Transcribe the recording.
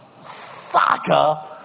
soccer